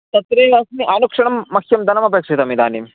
तत्र अस्मि अनुक्षणं मह्यं धनम् अपेक्षितम् इदानीं